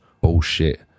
bullshit